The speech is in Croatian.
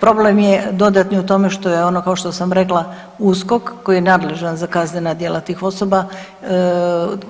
Problem je dodatni u tome što je ono kao što sam rekla USKOK koji je nadležan za kaznena djela tih osoba